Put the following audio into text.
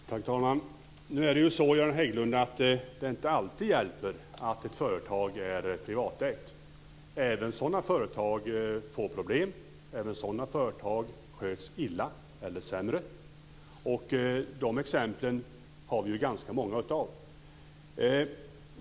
Herr talman! Nu är det så, Göran Hägglund, att det inte alltid hjälper att ett företag är privatägt. Även sådana företag får problem, och även sådana företag sköts illa eller sämre. Och dessa exempel har vi ganska många av.